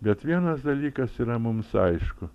bet vienas dalykas yra mums aišku